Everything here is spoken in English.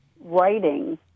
writing